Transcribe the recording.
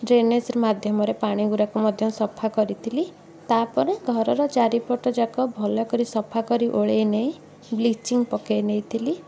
ଡ୍ରେନେଜ୍ର ମାଧ୍ୟମରେ ପାଣିଗୁଡ଼ାକୁ ମଧ୍ୟ ସଫା କରିଥିଲି ତାପରେ ଘରର ଚାରିପଟ ଯାକ ଭଲକରି ସଫା କରି ଓଳେଇ ନେଇ ବ୍ଲିଚିଙ୍ଗ୍ ପକେଇ ନେଇଥିଲି